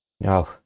No